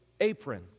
apron